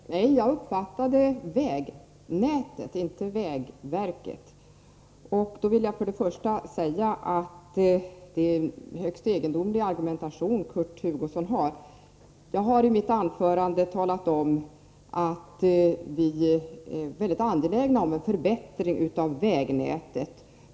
Herr talman! Nej, jag uppfattade ”vägnätet” — inte vägverket. Jag vill för det första säga att det är en högst egendomlig argumentation som Kurt Hugosson har. I mitt anförande talade jag om att vi är mycket angelägna om en förbättring av vägnätet.